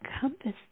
compass